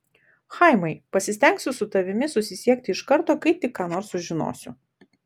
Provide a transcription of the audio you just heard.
chaimai pasistengsiu su tavimi susisiekti iš karto kai tik ką nors sužinosiu